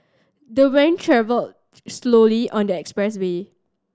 the van travelled slowly on the expressway